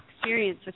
Experience